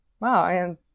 Wow